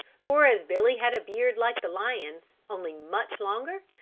for as billy had a beard like the lion's, only much longer,